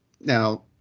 Now